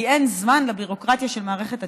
כי אין זמן לביורוקרטיה של מערכת התכנון.